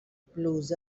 blues